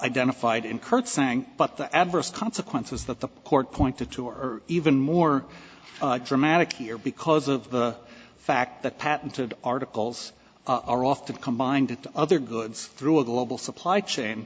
identified in curtseying but the adverse consequences that the court pointed to or even more dramatic here because of the fact that patented articles are often combined other goods through a global supply chain